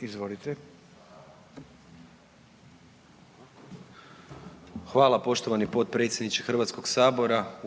(SDP)** Hvala poštovani potpredsjedniče HS-a,